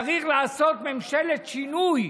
צריך לעשות ממשלת שינוי.